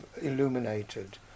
illuminated